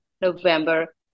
November